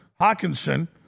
Hawkinson